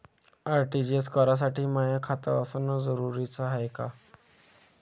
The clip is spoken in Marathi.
आर.टी.जी.एस करासाठी माय खात असनं जरुरीच हाय का?